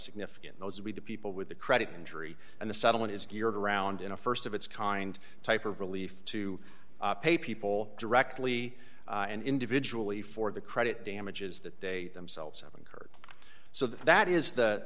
significant those were the people with the credit injury and the settlement is geared around in a st of its kind type of relief to pay people directly and individually for the credit damages that they themselves have incurred so that that is the